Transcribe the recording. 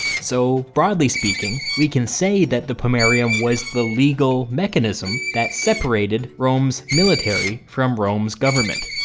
so broadly speaking, we can say that the pomerium was the legal mechanism that separated rome's military from rome's government.